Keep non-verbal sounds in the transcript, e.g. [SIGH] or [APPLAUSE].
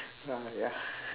ah ya [LAUGHS]